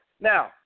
Now